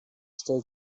stellt